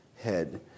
head